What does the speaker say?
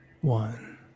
One